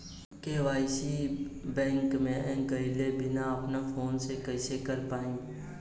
KYC bank मे गएले बिना अपना फोन से कइसे कर पाएम?